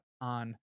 on